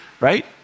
right